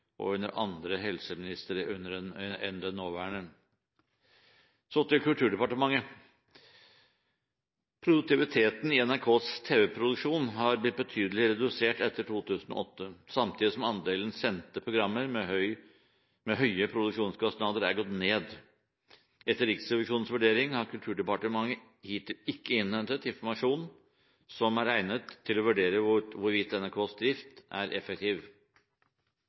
og under andre helseministre enn den nåværende. Så til Kulturdepartementet: Produktiviteten i NRKs tv-produksjon har blitt betydelig redusert etter 2008, samtidig som andelen sendte programmer med høye produksjonskostnader er gått ned. Etter Riksrevisjonens vurdering har Kulturdepartementet hittil ikke innhentet informasjon som er egnet til å vurdere hvorvidt denne driften er effektiv,